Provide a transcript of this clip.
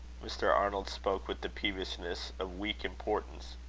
mr. arnold spoke with the peevishness of weak importance.